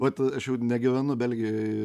vat aš jau negyvenu belgijoj